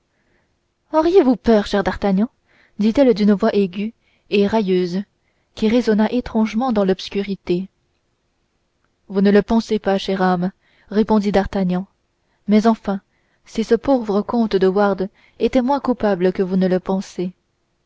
auriez-vous peur cher d'artagnan dit-elle d'une voix aiguë et railleuse qui résonna étrangement dans l'obscurité vous ne le pensez pas chère âme répondit d'artagnan mais enfin si ce pauvre comte de wardes était moins coupable que vous ne le pensez